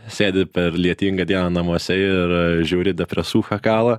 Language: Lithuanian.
sėdi per lietingą dieną namuose ir žiauri depresūcha kala